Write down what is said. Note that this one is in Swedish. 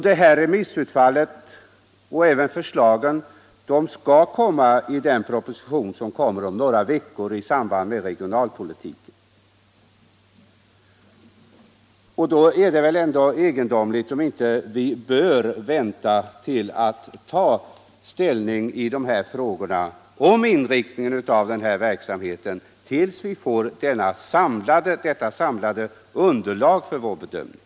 Detta remissutfall skall ju läggas fram i den proposition som kommer om några veckor i samband med frågan om regionalpolitiken, och då är det väl inte så egendomligt att jag anser att vi bör vänta med att ta ställning till inriktningen av denna verksamhet tills vi får detta samlade underlag för vår bedömning.